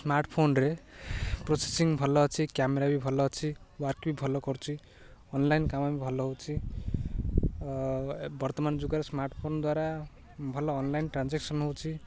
smart ଫୋନରେ processing ଭଲ ଅଛି କ୍ୟାମେରା ବି ଭଲ ଅଛି ୱାର୍କ ବି ଭଲ କରୁଛି ଅନଲାଇନ୍ କାମ ବି ଭଲ ହେଉଛି ବର୍ତ୍ତମାନ ଯୁଗରେ ସ୍ମାର୍ଟ ଫୋନ ଦ୍ୱାରା ଭଲ ଅନଲାଇନ୍ ଟ୍ରାଞ୍ଜେକ୍ସନ୍ ହେଉଛି